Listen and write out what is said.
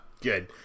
Good